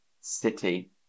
city